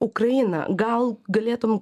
ukrainą gal galėtum